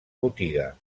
botiga